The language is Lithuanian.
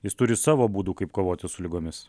jis turi savo būdų kaip kovoti su ligomis